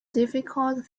difficult